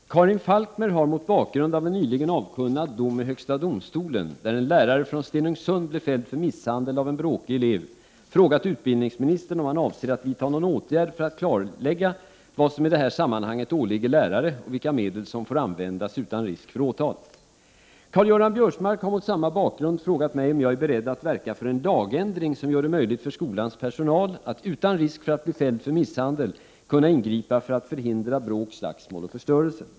Fru talman! Karin Falkmer har mot bakgrund av en nyligen avkunnad dom av högsta domstolen , där en lärare från Stenungsund blev fälld för misshandel av en bråkig elev, frågat utbildningsministern om han avser att vidta någon åtgärd för att klarlägga vad som i det här sammanhanget åligger lärare och vilka medel som får användas utan risk för åtal. Karl-Göran Biörsmark har mot samma bakgrund frågat mig om jag är beredd att verka för en lagändring som gör det möjligt för skolans personal att, utan risk för att bli fälld för misshandel, ingripa för att förhindra bråk, slagsmål och förstörelse.